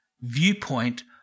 viewpoint